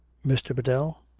mr. biddell?